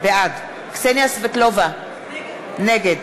בעד קסניה סבטלובה, נגד